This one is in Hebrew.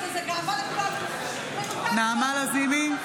בעד נעמה לזימי,